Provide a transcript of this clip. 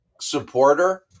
supporter